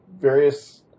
various